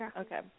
Okay